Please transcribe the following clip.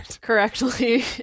correctly